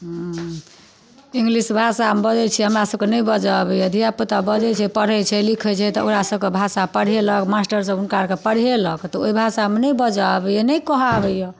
English भाषा बजै छियै हमरा सबके नहि बजऽ आबैय धियापुता बजै छै पढ़ै छै लिखै छै तऽ ओकरा सबके भाषा पढ़ेलक मास्टर सब हुनका अरके पढ़ेलक तऽ ओइ भाषामे नहि बजऽ आबैय नहि कहऽ आबैय